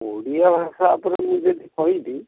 ଓଡ଼ିଆ ଭାଷା ଉପରେ ମୁଁ ଯଦି କହିବି